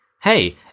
hey